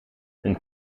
hun